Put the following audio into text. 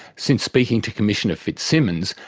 since speaking to commissioner fitzsimmons,